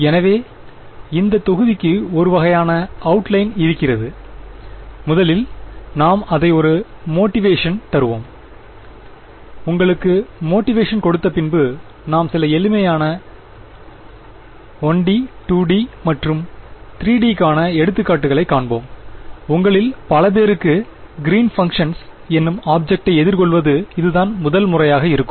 எனவே இந்த தொகுதிக்கு ஒரு வகையான அவுட்லைன் இருக்கிறது முதலில் நாம் அதற்கு ஒரு மோட்டிவேஷன் தருவோம் உங்களுக்கு மோட்டிவேஷன் கொடுத்த பின்பு நாம் சில எளிமையான 1டி 2டி மற்றும் 3 டி காண எடுத்துக்காட்டுகளை காண்போம் உங்களில் பல பேருக்கு கிறீன் பங்ஷன்ஸ் என்னும் ஆப்ஜெக்ட்டை எதிர்கொள்வது இதுதான் முதல் முறையாக இருக்கும்